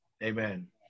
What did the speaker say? Amen